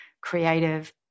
creative